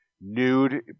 nude